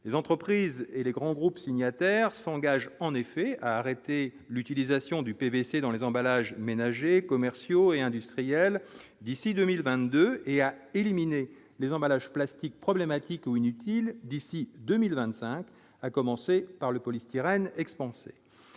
les entreprises et les grands groupes signataires s'engagent en effet à arrêter l'utilisation du PVC dans les emballages ménagers commerciaux et industriels d'ici 2 1000 22 et à éliminer les emballages plastiques problématique ou inutiles d'ici 2025, à commencer par le polystyrène expansé